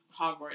Hogwarts